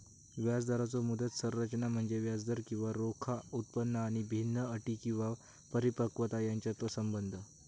व्याजदराचो मुदत संरचना म्हणजे व्याजदर किंवा रोखा उत्पन्न आणि भिन्न अटी किंवा परिपक्वता यांच्यातलो संबंध